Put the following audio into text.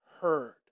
heard